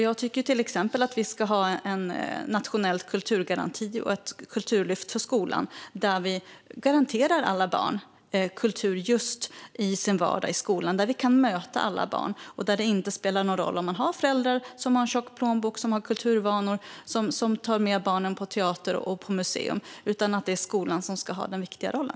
Jag tycker till exempel att vi ska ha en nationell kulturgaranti och ett kulturlyft för skolan där vi garanterar alla barn kultur i deras vardag i skolan. Så kan vi möta alla barn, och då spelar det ingen roll om man har föräldrar som har en tjock plånbok och kulturvanor som gör att de tar med barnen på teater och museum. Det är skolan som ska ha den viktiga rollen.